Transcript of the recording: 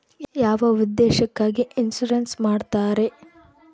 ಯಾವ ಉದ್ದೇಶಕ್ಕಾಗಿ ಇನ್ಸುರೆನ್ಸ್ ಮಾಡ್ತಾರೆ?